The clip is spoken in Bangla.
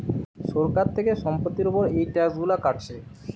সরকার থিকে সম্পত্তির উপর এই ট্যাক্স গুলো কাটছে